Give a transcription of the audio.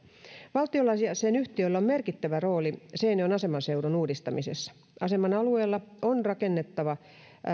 valtiolla ja sen yhtiöillä on merkittävä rooli seinäjoen asemanseudun uudistamisessa aseman alueella on rakennettava